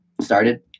started